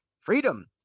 freedom